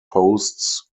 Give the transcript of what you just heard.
posts